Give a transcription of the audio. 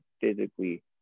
physically